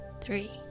three